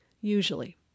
usually